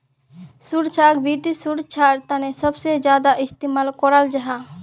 सुरक्षाक वित्त सुरक्षार तने सबसे ज्यादा इस्तेमाल कराल जाहा